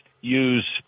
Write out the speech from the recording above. use